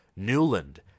Newland